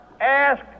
Ask